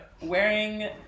wearing